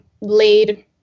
laid